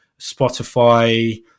Spotify